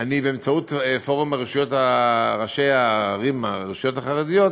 באמצעות פורום ראשי הערים, הרשויות החרדיות